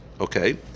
Okay